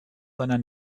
seiner